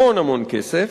המון-המון כסף,